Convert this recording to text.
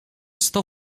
sto